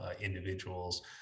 individuals